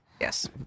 Yes